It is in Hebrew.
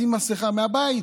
לשים את המסכה מהבית,